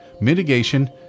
mitigation